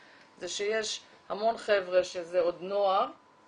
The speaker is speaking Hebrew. זה שיש המון חבר'ה שזה עוד נוער,